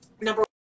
number